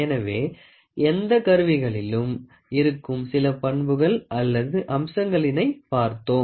எனவே எந்த கருவிகளிலும் இருக்கும் சில பண்புகள் அல்லது அம்சங்களினை பார்த்தோம்